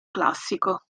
classico